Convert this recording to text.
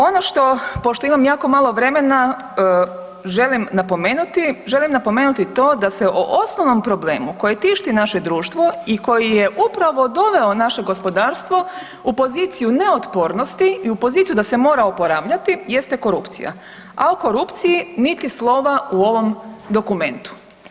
Ono što, pošto imam jako malo vremena, želim napomenuti, želim napomenuti to da se o osnovnom problemu koje tišti naše društvo i koji je upravo doveo naše gospodarstvo u poziciju neotpornosti i u poziciju da se mora oporavljati jeste korupcija, a o korupciji niti slova u ovom dokumentu.